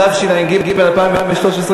התשע"ג 2013,